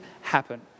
happen